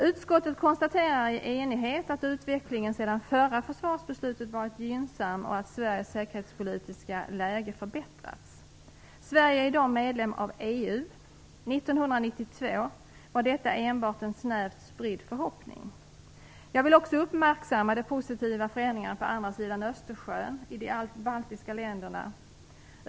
Utskottet konstaterar i enighet att utvecklingen sedan förra försvarsbeslutet varit gynnsam och att Sveriges säkerhetspolitiska läge förbättrats. Sverige är i dag medlem av EU, år 1992 var detta enbart en snävt spridd förhoppning. Jag vill också uppmärksamma de positiva förändringarna på andra sidan Östersjön i de baltiska länderna.